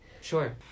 sure